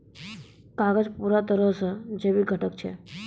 कागज पूरा तरहो से जैविक घटक छै